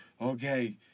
okay